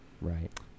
right